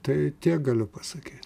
tai galiu pasakyt